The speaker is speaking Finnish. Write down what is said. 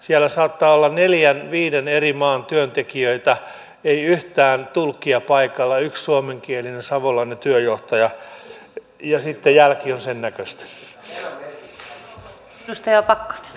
siellä saattaa olla neljän viiden eri maan työntekijöitä ei yhtään tulkkia paikalla yksi suomenkielinen savolainen työnjohtaja ja sitten jälki on sen näköistä